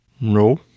no